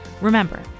Remember